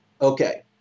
Okay